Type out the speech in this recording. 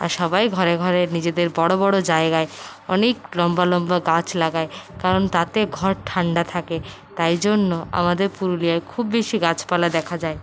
আর সবাই ঘরে ঘরে নিজেদের বড়ো বড়ো জায়গায় অনেক লম্বা লম্বা গাছ লাগায় কারণ তাতে ঘর ঠান্ডা থাকে তাই জন্য আমাদের পুরুলিয়ায় খুব বেশি গাছপালা দেখা যায়